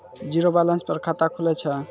Zero balance पर खाता खुले छै?